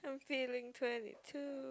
I'm feeling twenty two